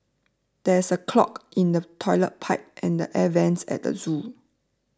there is a clog in the Toilet Pipe and Air Vents at the zoo